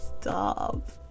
Stop